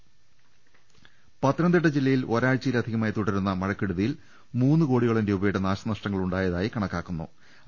രുട്ട്ട്ട്ട്ട്ട്ട്ട പത്തനംതിട്ട ജില്ലയിൽ ഒരാഴ്ചയിലധികമായി തുടരുന്ന മഴക്കെടുതിയിൽ മൂന്നുകോടിയോളം രൂപയുടെ നാശനഷ്ടങ്ങളുണ്ടായതായി കണക്കാക്കു ന്നു